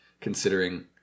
considering